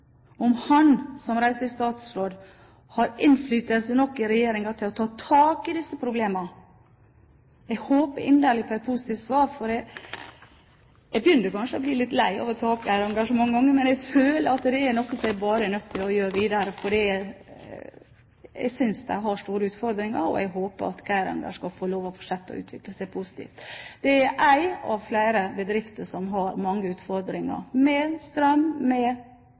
om han, som reiselivsstatsråd, har nok innflytelse i regjeringen til å ta tak i disse problemene. Jeg håper inderlig på et positivt svar, for jeg begynner kanskje å bli litt lei av å ta opp Geiranger så mange ganger. Men jeg føler at det er noe som jeg bare er nødt til å gjøre videre, fordi jeg syns de har store utfordringer. Og jeg håper at Geiranger skal få lov til å fortsette å utvikle seg positivt. Det er én av flere bedrifter som har mange utfordringer – med strøm, med